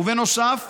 ובנוסף,